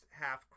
half